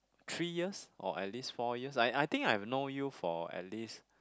three years or at least four years I I think I've know you for at least